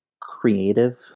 creative